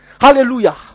Hallelujah